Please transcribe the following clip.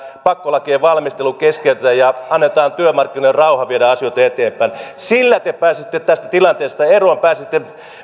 pakkolakien valmistelu keskeytetään ja annetaan työmarkkinoille rauha viedä asioita eteenpäin sillä te pääsette tästä tilanteesta eroon pääsette